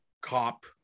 Cop